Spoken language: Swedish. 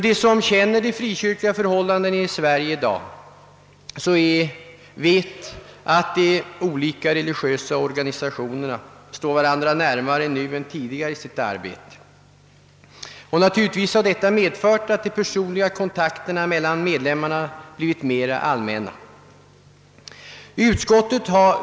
De som känner de frikyrkliga förhållandena i Sverige i dag vet att de olika religiösa organisationerna i sitt arbete står varandra närmare nu än tidigare. Naturligtvis har detta medfört att de personliga kontakterna mellan medlemmarna blivit vanligare.